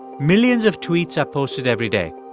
millions of tweets are posted every day.